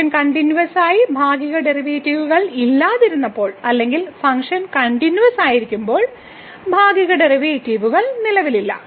function കണ്ടിന്യൂവസ്സായ ഭാഗിക ഡെറിവേറ്റീവുകൾ ഇല്ലാതിരുന്നപ്പോൾ അല്ലെങ്കിൽ ഫംഗ്ഷൻ കണ്ടിന്യൂവസ്സായിരിക്കുമ്പോൾ ഭാഗിക ഡെറിവേറ്റീവ് നിലവിലില്ല